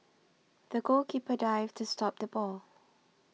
the goalkeeper dived to stop the ball